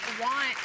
want